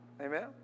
Amen